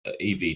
EV